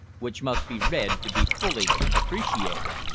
which must be read to be fully appreciated.